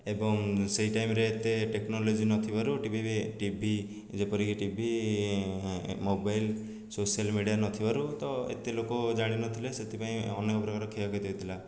ଏବଂ ସେଇ ଟାଇମ୍ରେ ଏତେ ଟେକ୍ନୋଲୋଜି ନଥିବାରୁ ଟି ଭି ବି ଟି ଭି ଯେପରିକି T V mobile social media ନଥିବାରୁ ତ ଏତେ ଲୋକ ଜାଣିନଥିଲେ ସେଥିପାଇଁ ଅନେକ ପ୍ରକାର କ୍ଷୟକ୍ଷତି ହେଇଥିଲା